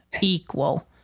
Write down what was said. equal